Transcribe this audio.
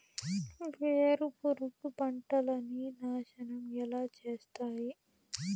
వేరుపురుగు పంటలని నాశనం ఎలా చేస్తాయి?